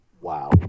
Wow